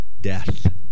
death